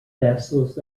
vassals